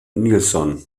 nilsson